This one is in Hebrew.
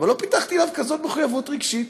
אבל לא פיתחתי אליו כזאת מחויבות רגשית.